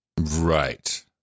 Right